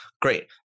great